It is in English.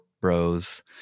bros